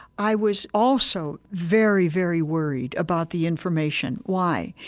i was also very, very worried about the information. why?